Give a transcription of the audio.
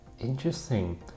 interesting